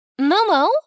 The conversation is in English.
Momo